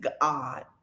God